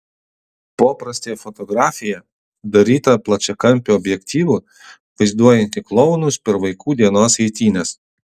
poprastė fotografija daryta plačiakampiu objektyvu vaizduojanti klounus per vaikų dienos eitynes